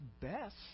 best